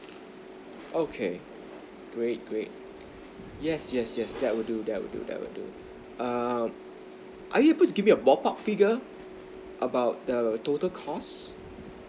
okay great great yes yes yes that would do that would do that would do err are you able to give me the pop up figure about the total cost